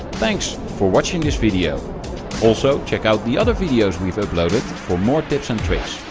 thanks for watching this video also check out the other videos we've uploaded for more tips and tricks.